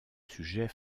sujet